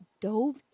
dove